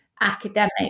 academic